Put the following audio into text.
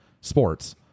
sports